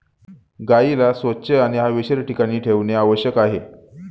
गाईला स्वच्छ आणि हवेशीर ठिकाणी ठेवणे आवश्यक आहे